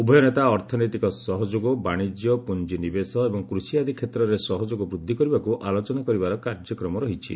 ଉଭୟ ନେତା ଅର୍ଥନୈତିକ ସହଯୋଗ ବାଣିଜ୍ୟ ପୁଞ୍ଜିନିବେଶ ଏବଂ କୃଷି ଆଦି କ୍ଷେତ୍ରରେ ସହଯୋଗ ବୃଦ୍ଧି କରିବାକୁ ଆଲୋଚନା କରିବାର କାର୍ଯ୍ୟକ୍ରମ ରହିଛି